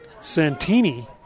Santini